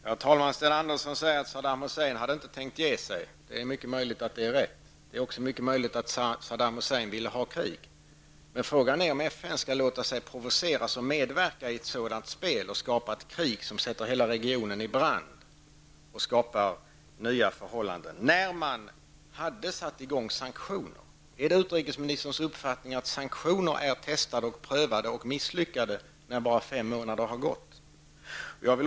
Herr talman! Sten Andersson säger att Saddam Hussein inte hade tänkt att ge sig. Det är mycket möjligt att det är rätt. Det är också mycket möjligt att Saddam Hussein vill ha krig. Men frågan är om FN skall låta sig provoceras och medverka i ett sådant spel och skapa ett krig som sätter hela regionen i brand. Är det utrikesministerns uppfattning att sanktionerna är testade, prövade och har misslyckats när endast fem månader har gått?